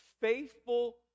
faithful